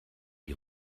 die